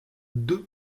deux